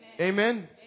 Amen